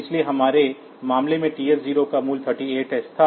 इसलिए हमारे मामले में TH0 का मूल्य 38h था